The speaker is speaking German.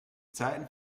zeiten